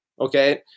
okay